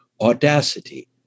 audacity